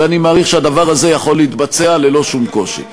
ואני מעריך שהדבר הזה יכול להתבצע ללא שום קושי.